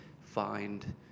find